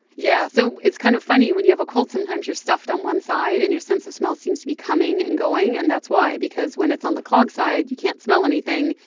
yeah. so it's kind of funny. when you have a cold, sometimes you're stuffed on one side, and your sense of smell seems to be coming and going. and that's why because when it's on the clogged side, you can't smell anything,